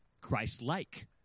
Christ-like